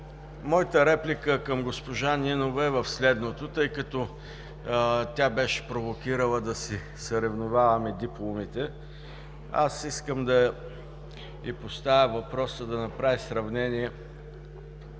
моята реплика към госпожа Нинова е в следното. Тъй като тя беше провокирала да си съревноваваме дипломите, искам да й поставя въпроса да направи сравнение